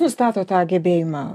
nustato tą gebėjimą